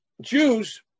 Jews